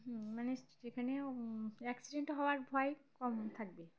হুম মানে সেখানেও অ্যাক্সিডেন্ট হওয়ার ভয় কম থাকবে